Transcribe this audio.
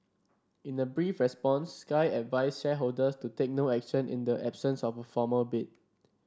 in a brief response Sky advised shareholders to take no action in the absence of a formal bid